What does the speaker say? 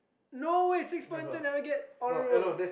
no way six pointer never get honor roll